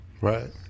Right